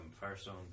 Firestone